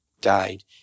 died